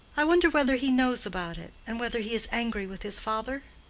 i wonder whether he knows about it and whether he is angry with his father?